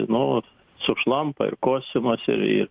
nu sušlampa ir kostiumas ir ir